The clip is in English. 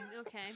Okay